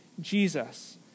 Jesus